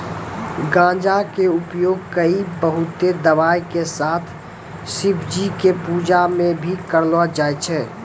गांजा कॅ उपयोग कई बहुते दवाय के साथ शिवजी के पूजा मॅ भी करलो जाय छै